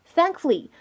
Thankfully